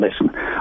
Listen